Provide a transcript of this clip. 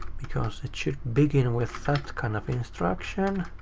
because it should begin with that kind of instruction.